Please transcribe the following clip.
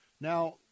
Now